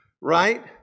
right